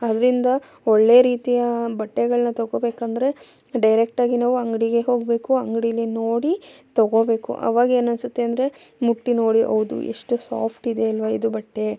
ಅದರಿಂದ ಒಳ್ಳೆ ರೀತಿಯ ಬಟ್ಟೆಗಳನ್ನ ತಗೊಳ್ಬೇಕೆಂದ್ರೆ ಡೈರೆಕ್ಟಾಗಿ ನಾವು ಅಂಗಡಿಗೆ ಹೋಗಬೇಕು ಅಂಗಡಿಲೆ ನೋಡಿ ತಗೊಳ್ಬೇಕು ಅವಾಗ ಏನು ಅನ್ನಿಸುತ್ತೆ ಅಂದರೆ ಮುಟ್ಟಿ ನೋಡಿ ಹೌದು ಎಷ್ಟು ಸಾಫ್ಟ್ ಇದೆ ಅಲ್ವ ಇದು ಬಟ್ಟೆ